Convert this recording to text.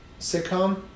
sitcom